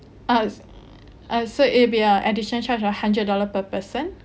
ah ah so it'll be a additional charge of a hundred dollar per person